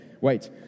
Wait